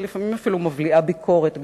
ולפעמים אפילו מבליעה ביקורת,